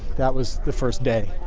that was the first day.